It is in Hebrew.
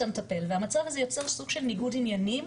המטפלת והמצב הזה יוצר סוג של ניגוד עניינים,